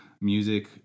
Music